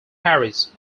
harris